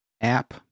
app